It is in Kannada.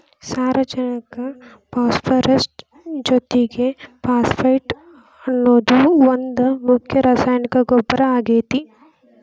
ಸಾರಜನಕ ಪಾಸ್ಪರಸ್ ಜೊತಿಗೆ ಫಾಸ್ಫೇಟ್ ಅನ್ನೋದು ಒಂದ್ ಮುಖ್ಯ ರಾಸಾಯನಿಕ ಗೊಬ್ಬರ ಆಗೇತಿ